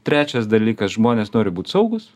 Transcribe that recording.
trečias dalykas žmonės nori būt saugūs